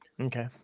Okay